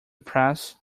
press